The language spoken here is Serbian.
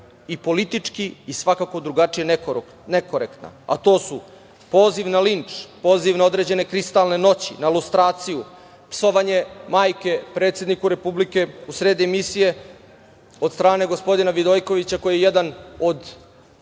i politički i svakako drugačije nekorektna, a to su poziv na linč, poziv na određene kristalne noći, na lustraciju, psovanje majke predsedniku Republike u sred emisije od strane gospodina Vidojkovića, koji je jedan od